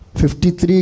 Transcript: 53